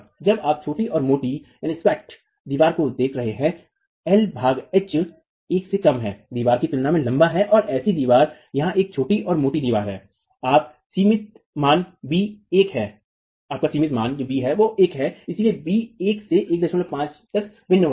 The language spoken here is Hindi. जब आप छोटी और मोटी दीवारों को देख रहे हैं जहां l एल भाग h एच 1 से कम है दीवार की तुलना में लंबा है ऐसी दीवार यह एक छोटी और मोटी दीवार है आपका सिमित मान बी 1 है इसलिए बी 1 से 15 तक भिन्न होता है